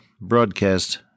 broadcast